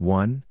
one